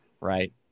right